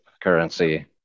currency